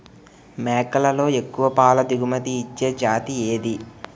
మేకలలో ఎక్కువ పాల దిగుమతి ఇచ్చే జతి ఏది?